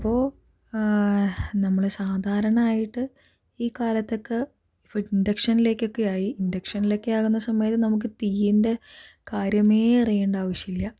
അപ്പോൾ നമ്മൾ സാധാരണ ആയിട്ട് ഈ കാലത്തൊക്കെ ഇൻ്റക്ഷനിലേക്കൊക്കെ ആയി ഇൻ്റക്ഷനിലൊക്കെ ആകുന്ന സമയത്ത് നമുക്ക് തീയിൻ്റെ കാര്യമേ അറിയേണ്ട ആവശ്യമില്ല